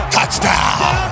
Touchdown